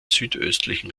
südöstlichen